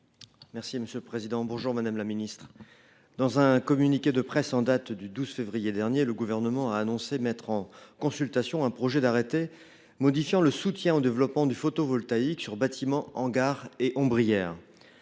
de l’industrie et de l’énergie. Dans un communiqué de presse en date du 12 février dernier, le Gouvernement a annoncé mettre en consultation un projet d’arrêté modifiant le soutien au développement du photovoltaïque sur bâtiment, hangar et ombrière.